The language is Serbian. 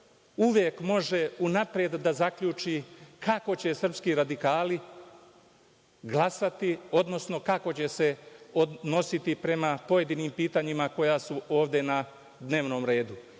uvek može unapred da zaključi kako će srpski radikali glasati, odnosno kako će se odnositi prema pojedinim pitanjima koja su ovde na dnevnom redu.